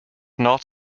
not